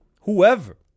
Whoever